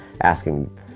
asking